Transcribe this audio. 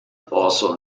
also